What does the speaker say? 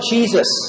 Jesus